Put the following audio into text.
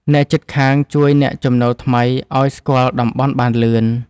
អ្នកជិតខាងជួយអ្នកចំណូលថ្មីឲ្យស្គាល់តំបន់បានលឿន។